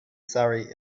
surrey